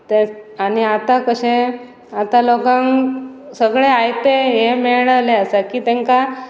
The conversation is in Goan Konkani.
ते आनी आतां कशें आतां लोकांक सगळें आयते हें मेळ्ळलें आसा की तांकां